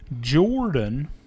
Jordan